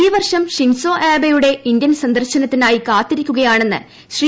ഈ വർഷം ഷിൻസോ ആബെയുടെ ഇന്ത്യൻ സന്ദർശനത്തിനായി കാത്തിരിക്കുകൃയാണ്ണെന്ന് ശ്രീ